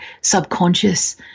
subconscious